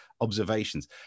observations